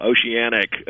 Oceanic